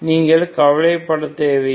நீங்கள் கவலைப்பட தேவையில்லை